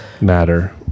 matter